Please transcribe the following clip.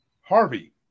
Harvey